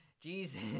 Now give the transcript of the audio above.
Jesus